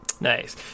Nice